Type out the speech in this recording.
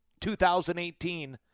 2018